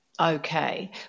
okay